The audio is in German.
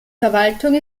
verwaltung